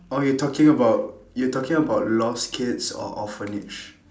orh you talking about you talking about lost kids or orphanage